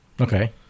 Okay